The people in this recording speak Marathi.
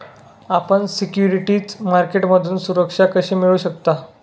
आपण सिक्युरिटीज मार्केटमधून सुरक्षा कशी मिळवू शकता?